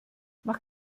mach